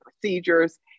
procedures